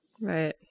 Right